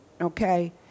okay